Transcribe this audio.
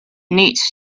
needs